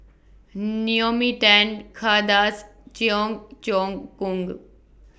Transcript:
Naomi Tan Kay Das Cheong Choong Kong